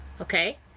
okay